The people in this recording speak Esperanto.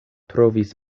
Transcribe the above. trovis